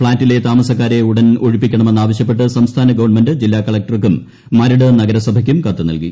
ഫ്ളാറ്റിലെ താമസക്കാരെ ഉടൻ ഒഴിപ്പിക്കണമെന്ന് ആവശ്യപ്പെട്ട് സംസ്ഥാന ഗവൺമെന്റ് ജില്ലാ കളകൂർക്കും മരട് നഗരസഭയ്ക്കും കത്ത് നൽകി